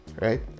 right